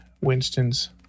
Winston's